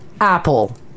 Apple